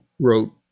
wrote